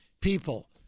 people